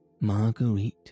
Marguerite